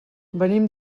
venim